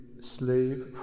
Slave